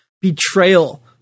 Betrayal